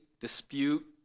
dispute